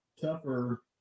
tougher